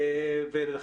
נכון.